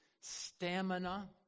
stamina